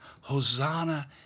Hosanna